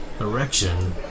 erection